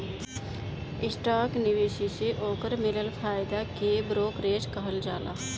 stock निवेश से ओकर मिलल फायदा के ब्रोकरेज कहल जाला